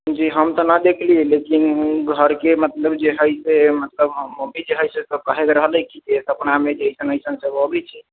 जी हम तऽ नहि देखली हँ लेकिन घरके मतलब जे हइ मतलब हमर मम्मी जे हइ से सभ कहैत रहलै कि जे सपनामे जे अइसन अइसन सभ अबैत छै